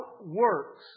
works